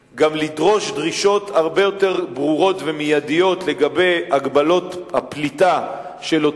להגיב מיידית בצורה של קנסות של מיליוני שקלים לאותם